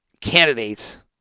candidates